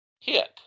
hit